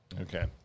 Okay